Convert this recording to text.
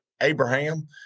Abraham